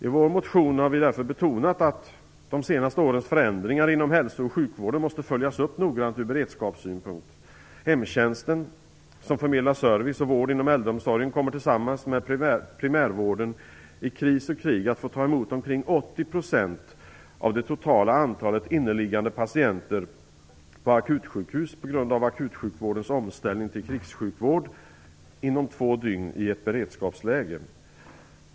I vår motion har vi därför betonat att de senaste årens förändringar inom hälso och sjukvården måste följas upp noggrant ur beredskapssynpunkt. Hemtjänsten som förmedlar service och vård inom äldreomsorgen kommer tillsammans med primärvården i kris och krig att få ta emot omkring 80 % av det totala antalet inneliggande patienter på akutsjukhus på grund av akutsjukvårdens omställning till krigssjukvård inom två dygn i ett beredskapsläge.